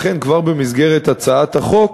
לכן, כבר במסגרת הצעת החוק